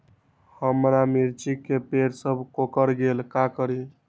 हमारा मिर्ची के पेड़ सब कोकरा गेल का करी?